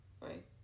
right